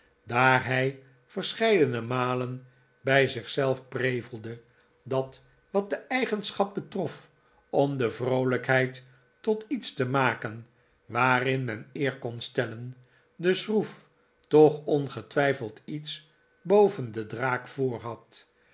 daar hij verscheidene malen bij zich zelf prevelde dat wat de eigenschap betrof om de vroolijkheid tot iets te maken waarin men eer kon stellen de schroef toch ongetwijfeld iets boven de draak voor